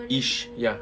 ish ya